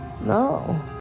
No